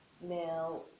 now